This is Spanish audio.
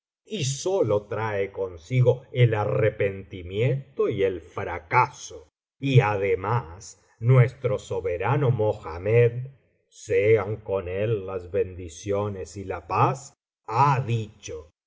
y sólo trae consigo el arrepentimiento y el fracaso y además nuestro soberano mohamed sean con él las bendiciones y la paz lia dicho